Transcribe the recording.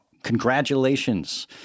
Congratulations